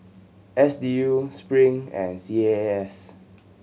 S D U Spring and C A A S